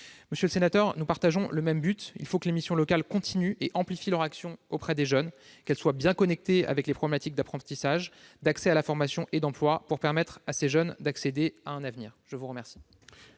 Monsieur le sénateur, nous partageons le même objectif. Il faut que les missions locales continuent et amplifient leur action auprès des jeunes, qu'elles soient bien en phase avec les problématiques d'apprentissage, d'accès à la formation et d'emploi, pour permettre à ces jeunes d'accéder à un avenir. La parole